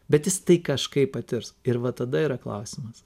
bet jis tai kažkaip patirs ir va tada yra klausimas